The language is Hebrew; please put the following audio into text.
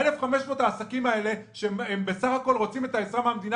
1,500 העסקים האלה שבסך הכל רוצים את העזרה מהמדינה